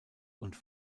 und